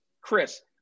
Chris